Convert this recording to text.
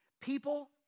people